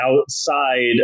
outside